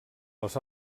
les